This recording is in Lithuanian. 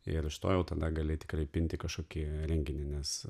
ir iš to jau tada gali tikrai pinti kažkokį renginį nes